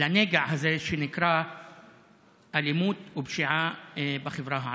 לנגע הזה שנקרא אלימות ופשיעה בחברה הערבית.